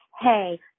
hey